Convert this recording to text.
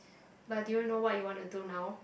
but do you know what you want to do now